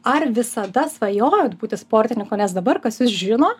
ar visada svajojot būti sportininku nes dabar kas jus žino